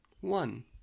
One